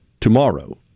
tomorrow